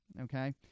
Okay